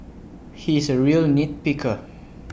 he is A real nit picker